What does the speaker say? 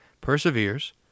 perseveres